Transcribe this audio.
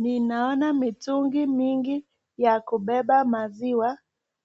Ninaona mitungi mingi ya kubeba maziwa,